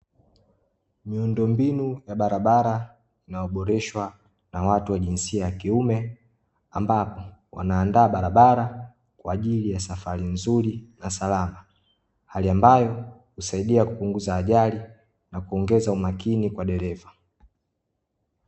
Miundombinu ya barabara inayoboreshwa na watu wa jinsia ya kiume ambapo, wanaandaa barabara kwa ajili ya safari nzuri na salama hali ambayo husaidia kupunguza ajali na kuongeza umakini kwa dereva.